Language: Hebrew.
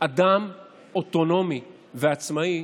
אדם אוטונומי ועצמאי.